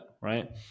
right